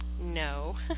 No